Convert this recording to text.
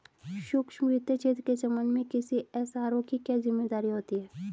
सूक्ष्म वित्त क्षेत्र के संबंध में किसी एस.आर.ओ की क्या जिम्मेदारी होती है?